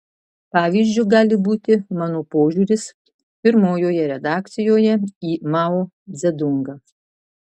pavyzdžiu gali būti mano požiūris pirmojoje redakcijoje į mao dzedungą